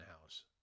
house